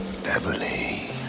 Beverly